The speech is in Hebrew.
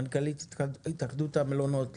מנכ"לית התאחדות המלונות,